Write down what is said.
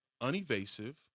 unevasive